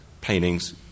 Paintings